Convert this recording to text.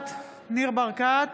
נוכחת ניר ברקת,